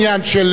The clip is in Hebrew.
אבל כיום,